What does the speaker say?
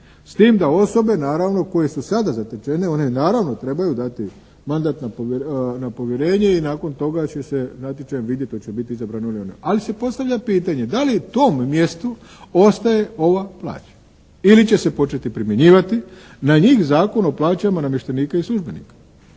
S tim da osobe koje su naravno sada zatečene, one naravno trebaju dati mandat na povjerenje i nakon toga će se natječajem vidjeti hoće biti izabran on ili ona. Ali se postavlja pitanje, da li tom mjestu ostaje ova plaća? Ili će se početi primjenjivati na njih Zakon o plaćama namještenika u službenika?